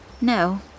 no